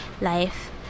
life